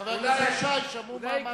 חבר הכנסת שי, שמעו מה אמרת.